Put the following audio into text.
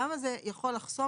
למה זה יכול לחסום?